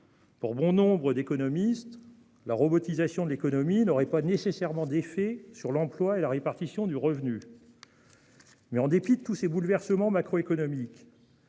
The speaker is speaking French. Pour bon nombre d'économistes, la robotisation de l'économie n'aurait pas nécessairement d'effets sur l'emploi et la répartition du revenu. En dépit de tous ces bouleversements macro-économiques,